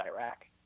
iraq